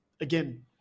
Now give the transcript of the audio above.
again